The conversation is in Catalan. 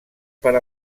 per